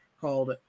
called